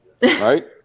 right